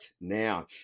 now